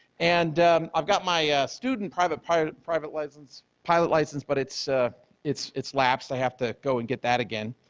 and i've got my student private pilot private license pilot license but it's ah it's it's lapsed. i have to go and get that again.